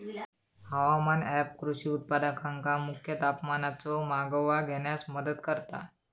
हवामान ऍप कृषी उत्पादकांका मुख्य तापमानाचो मागोवो घेण्यास मदत करता